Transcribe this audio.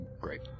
great